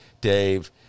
Dave